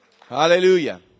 Hallelujah